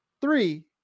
Three